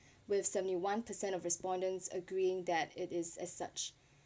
with seventy one percent of respondents agreeing that it is as such